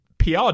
PR